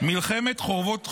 מלחמת חרבות ברזל,